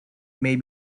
may